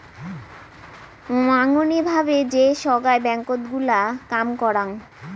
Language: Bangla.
মাঙনি ভাবে যে সোগায় ব্যাঙ্কত গুলা কাম করাং